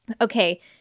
Okay